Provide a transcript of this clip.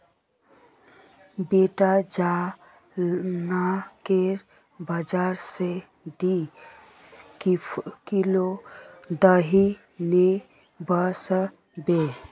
बेटा जा नाकेर बाजार स दी किलो दही ने वसबो